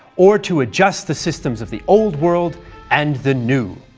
or to adjust the systems of the old world and the new.